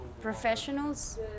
professionals